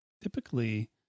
typically